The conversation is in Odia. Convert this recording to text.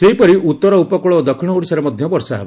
ସେହିଭଳି ଉଉର ଉପକକଳ ଓ ଦକ୍ଷିଣ ଓଡିଶାରେ ମଧ ବର୍ଷା ହେବ